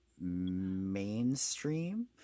mainstream